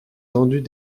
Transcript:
tendus